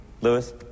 Lewis